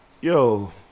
yo